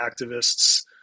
activists